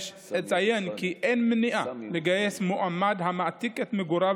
אציין כי אין מניעה לגייס מועמד שמעתיק את מגוריו